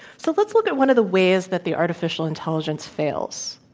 so, let's look at one of the ways that the artificial intelligence fails.